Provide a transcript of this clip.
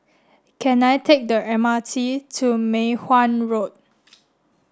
can I take the M R T to Mei Hwan Road